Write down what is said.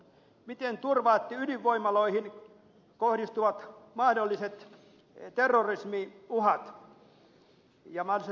miten turvaatte ydinvoimaloihin kohdistuvat mahdolliset terrorismiuhat ja mahdolliset sodat